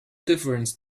difference